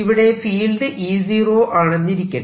ഇവിടെ field E0 ആണെന്നിരിക്കട്ടെ